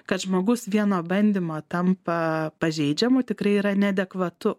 kad žmogus vien nuo bandymo tampa pažeidžiamu tikrai yra neadekvatu